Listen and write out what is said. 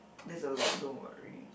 there's a lot don't worry